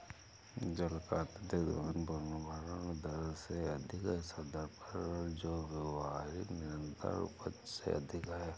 जल का अत्यधिक दोहन पुनर्भरण दर से अधिक ऐसी दर पर जो व्यावहारिक निरंतर उपज से अधिक है